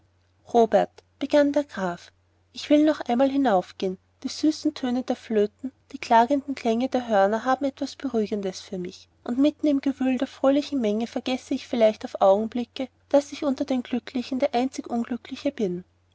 robert begann der graf ich will noch einmal hinaufgehen die süßen töne der flöten die klagenden klänge der hörner haben etwas beruhigendes für mich und mitten im gewühl der fröhlichen menge vergesse ich vielleicht auf augenblicke daß ich unter den glücklichen der einzige unglückliche bin